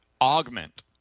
Augment